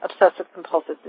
Obsessive-compulsive